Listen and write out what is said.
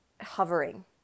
hovering